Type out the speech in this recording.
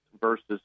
versus